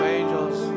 angels